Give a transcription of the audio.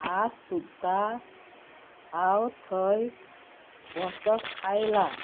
आज सुद्दां हांव थंय वसक आयलां